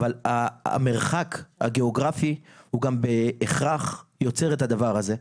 אבל המרחק הגיאוגרפי הוא גם בהכרח יוצר את הדבר הזה.